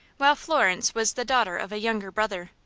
while florence was the daughter of a younger brother.